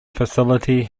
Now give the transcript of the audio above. facility